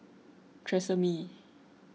Tresemme